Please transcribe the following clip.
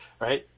right